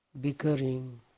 bickering